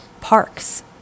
parks